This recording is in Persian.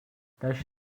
دشت